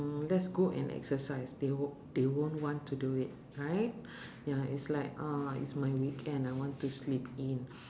mm let's go and exercise they wo~ they won't want to do it right ya it's like uh it's my weekend I want to sleep in